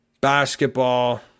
basketball